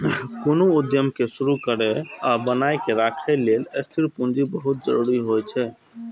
कोनो उद्यम कें शुरू करै आ बनाए के राखै लेल स्थिर पूंजी बहुत जरूरी होइ छै